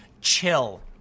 Chill